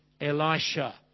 Elisha